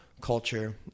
culture